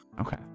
Okay